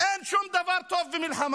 אין שום דבר טוב במלחמה.